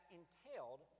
entailed